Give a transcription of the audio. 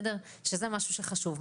זה משהו שחשוב.